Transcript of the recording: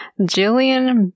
Jillian